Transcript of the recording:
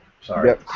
Sorry